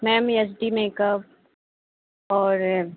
ma'am H D makeup और